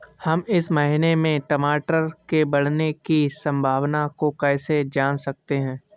हम इस महीने में टमाटर के बढ़ने की संभावना को कैसे जान सकते हैं?